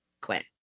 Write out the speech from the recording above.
quit